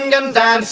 and and